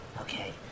Okay